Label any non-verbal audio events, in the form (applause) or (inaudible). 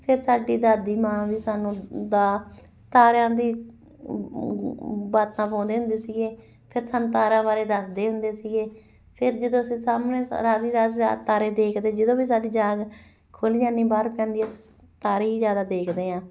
ਅਤੇ ਸਾਡੀ ਦਾਦੀ ਮਾਂ ਵੀ ਸਾਨੂੰ ਬਾ ਤਾਰਿਆਂ ਦੀ (unintelligible) ਬਾਤਾਂ ਪਾਉਂਦੇ ਹੁੰਦੇ ਸੀਗੇ ਫਿਰ ਸਾਨੂੰ ਤਾਰਿਆਂ ਬਾਰੇ ਦੱਸਦੇ ਹੁੰਦੇ ਸੀਗੇ ਫਿਰ ਜਦੋਂ ਅਸੀਂ ਸਾਹਮਣੇ ਸਾਰੀ ਸਾਰੀ ਰਾਤ ਤਾਰੇ ਦੇਖਦੇ ਜਦੋਂ ਵੀ ਸਾਡੀ ਜਾਗ ਖੁੱਲ੍ਹ ਜਾਂਦੀ ਬਾਹਰ ਪੈਂਦੀ ਅਸੀਂ ਤਾਰੇ ਹੀ ਜ਼ਿਆਦਾ ਦੇਖਦੇ ਹਾਂ